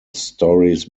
stories